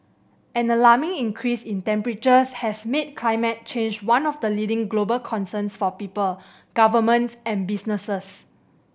an alarming increase in temperatures has made climate change one of the leading global concerns for people governments and businesses